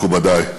מכובדי,